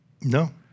No